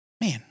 Man